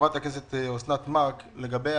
שחברת הכנסת אוסנת מארק אמרה לגבי